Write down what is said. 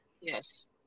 Yes